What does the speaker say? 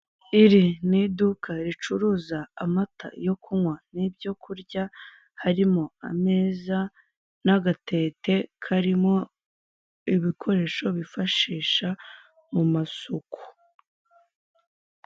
Iri ni iduka ricuruza amata yo kunkwa n'ibyokurya harimo ameza n'agatete karimo ibikoresho bifashisha mu masuku.